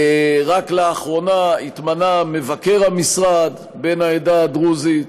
רק לאחרונה התמנה מבקר המשרד בן העדה הדרוזית,